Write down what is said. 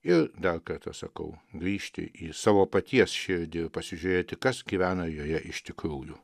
ir dar kartą sakau grįžti į savo paties širdį ir pasižiūrėti kas gyvena joje iš tikrųjų